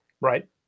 Right